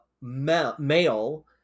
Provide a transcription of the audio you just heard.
male